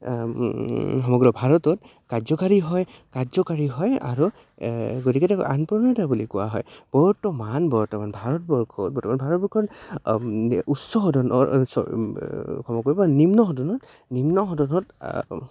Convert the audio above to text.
সমগ্ৰ ভাৰতত কাৰ্যকৰী হয় কাৰ্যকৰী হয় আৰু গতিকে তেওঁক আইন প্ৰণয়নতা বুলি কোৱা হয় বৰ্তমান বৰ্তমান ভাৰতবৰ্ষত বৰ্তমান ভাৰতবৰ্ষত উচ্চ সদনৰ সমগ্ৰ বা নিম্ন সদনত নিম্ন সদনত